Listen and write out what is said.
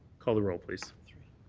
call the roll, please.